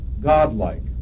godlike